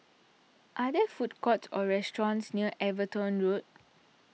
are there food courts or restaurants near Everton Road